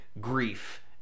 grief